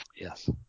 Yes